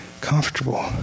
comfortable